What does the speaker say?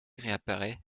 réapparaît